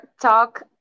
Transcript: talk